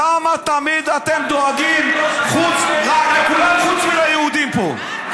למה תמיד אתם דואגים לכולם חוץ מליהודים פה?